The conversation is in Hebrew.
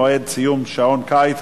מועד סיום שעון קיץ),